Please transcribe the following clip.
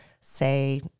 say